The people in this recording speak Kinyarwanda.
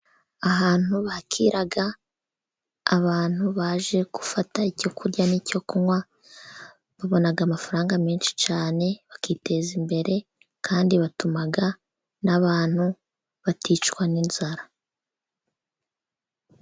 Ahantu bakira abantu baje gufata icyo kurya n'icyo kunywa, babona amafaranga menshi cyane bakiteza imbere, kandi batuma n'abantu baticwa n'inzara.